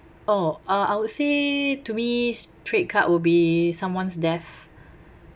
oh uh I would say to me straight cut will be someone's death